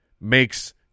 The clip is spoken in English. makes